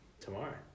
tomorrow